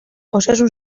osasun